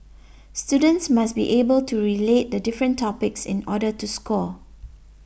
students must be able to relate the different topics in order to score